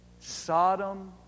Sodom